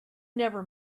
never